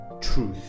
truth